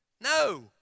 No